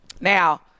now